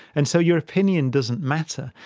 and so your opinion doesn't matter.